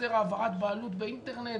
לייצר העברת בעלות באינטרנט,